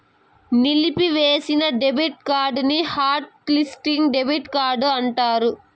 నిలిపివేసిన డెబిట్ కార్డుని hot listing debit card అంటారు